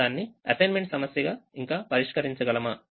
మనం దానిని అసైన్మెంట్ సమస్యగా ఇంకా పరిష్కరించగలమా